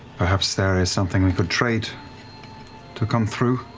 perhaps there is something we could trade to come through.